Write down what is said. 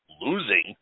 losing